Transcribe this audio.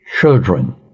children